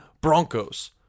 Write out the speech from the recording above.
Broncos